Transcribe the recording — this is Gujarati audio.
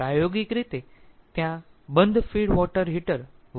પ્રાયોગિક રીતે ત્યાં બંધ ફીડ વોટર હીટર વપરાય છે